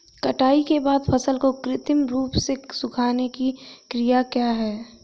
कटाई के बाद फसल को कृत्रिम रूप से सुखाने की क्रिया क्या है?